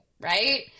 right